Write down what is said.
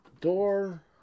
door